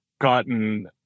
gotten